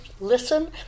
Listen